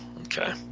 okay